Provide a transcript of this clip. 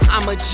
I'ma